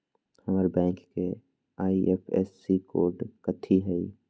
हमर बैंक के IFSC code कथि हई?